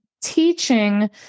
teaching